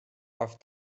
auf